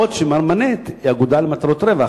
בעוד "מרמנת" היא אגודה למטרות רווח,